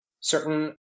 certain